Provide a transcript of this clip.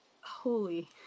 Holy